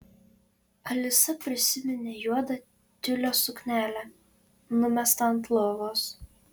alisa prisiminė juodą tiulio suknelę numestą ant lovos